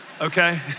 okay